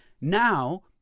Now